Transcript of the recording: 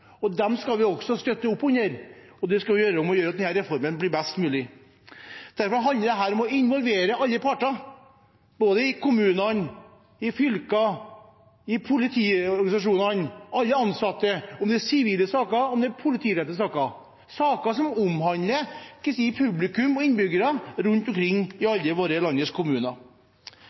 og dem skal vi også støtte opp om, og det skal vi gjøre for at denne reformen blir best mulig. Dermed handler dette om å involvere alle parter, både i kommunene, i fylkene, i politiorganisasjonene, alle ansatte, enten det er sivile saker eller det er politirelaterte saker, saker som omhandler publikum og innbyggere rundt omkring i alle landets kommuner.